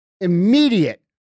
immediate